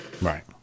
Right